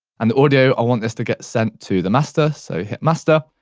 and the audio, i want this to get sent to the master, so hit master.